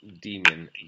Demon